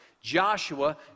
Joshua